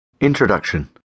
Introduction